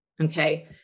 Okay